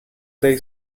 dei